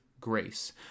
grace